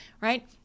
right